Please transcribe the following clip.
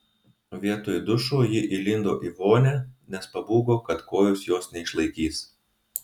vietoj dušo ji įlindo į vonią nes pabūgo kad kojos jos neišlaikys